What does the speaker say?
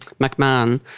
McMahon